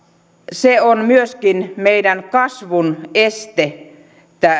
se on myöskin meidän kasvun este